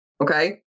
okay